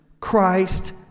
Christ